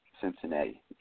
Cincinnati